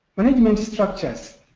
management structures